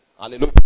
Hallelujah